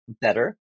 better